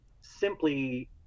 simply